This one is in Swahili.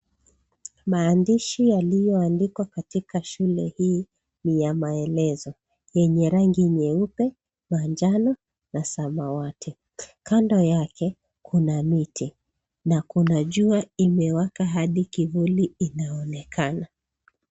Maandishi yalioandikwa katika shule hii, ni ya maelezo, yenye rangi nyeupe, manjano, na samawati. Kando yake, kuna miti, na kuna jua imewaka hadi kivuli inaonekana.